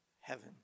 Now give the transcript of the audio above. Heaven